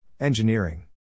Engineering